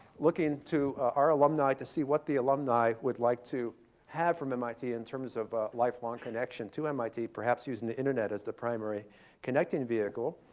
looking to our alumni to see what the alumni would like to have from mit in terms of lifelong connection to mit, perhaps using the internet as the primary connecting vehicle.